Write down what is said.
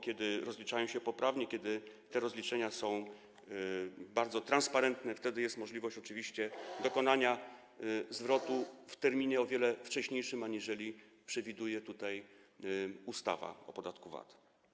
Kiedy rozliczają się one poprawnie, kiedy te rozliczenia są bardzo transparentne, wtedy jest możliwość dokonania zwrotu w terminie o wiele wcześniejszym, aniżeli przewiduje to ustawa o podatku VAT.